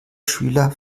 schüler